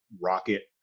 rocket